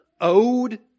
owed